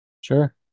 Sure